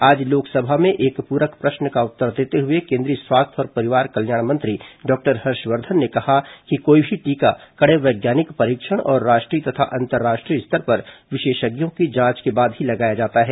आज लोकसभा में एक पूरक प्रश्न का उत्तर देते हुए केंद्रीय स्वास्थ्य और परिवार कल्याण मंत्री डॉक्टर हर्षवर्धन ने कहा कि कोई भी टीका कड़े वैज्ञानिक परीक्षण और राष्ट्रीय तथा अंतर्राष्ट्रीय स्तर पर विशेषज्ञों की जांच के बाद ही लगाया जाता है